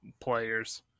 players